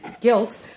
guilt